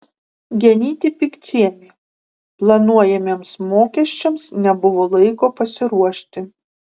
genytė pikčienė planuojamiems mokesčiams nebuvo laiko pasiruošti